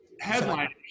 Headline